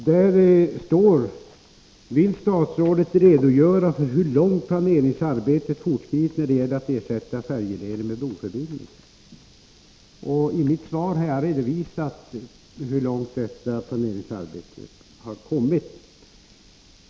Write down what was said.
Herr talman! Jag har svarat på Siri Häggmarks fråga, som löd: ”Vill statsrådet redogöra för hur långt planeringsarbetet fortskridit när det gäller att ersätta färjeleder med broförbindelser?” I mitt svar har jag redovisat hur långt detta planeringsarbete har kommit.